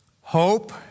hope